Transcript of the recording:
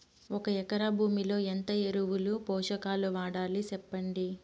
ఒక ఎకరా భూమిలో ఎంత ఎరువులు, పోషకాలు వాడాలి సెప్పండి?